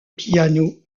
piano